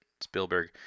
Spielberg